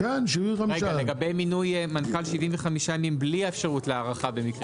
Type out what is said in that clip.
לגבי מינוי מנכ"ל 75 ימים בלי האפשרות להארכה.